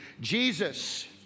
Jesus